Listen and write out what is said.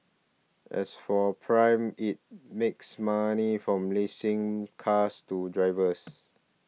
as for Prime it makes money from leasing cars to drivers